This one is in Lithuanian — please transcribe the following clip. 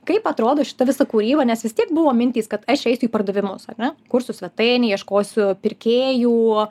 kaip atrodo šita visa kūryba nes vis tiek buvo mintys kad aš eisiu į pardavimus ar ne kursiu svetainę ieškosiu pirkėjų